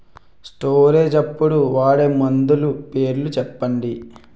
Storage అప్పుడు వాడే మందులు పేర్లు చెప్పండీ?